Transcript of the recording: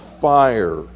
fire